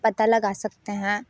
पता लगा सकते हैं